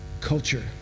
culture